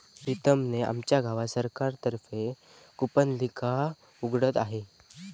प्रीतम ने आमच्या गावात सरकार तर्फे कूपनलिका उघडत आहे